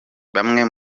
bamwe